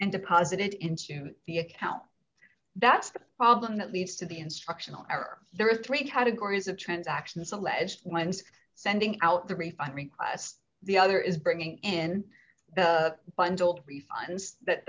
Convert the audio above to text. and deposit it into the account that's the problem that leads to the instructional hour there are three categories of transactions alleged minds sending out the refund request the other is bringing in the bundle refunds that